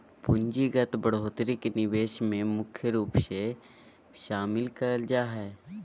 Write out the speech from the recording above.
पूंजीगत बढ़ोत्तरी के निवेश मे मुख्य रूप से शामिल करल जा हय